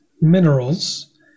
minerals